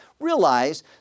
Realize